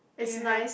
ya